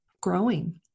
growing